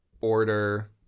order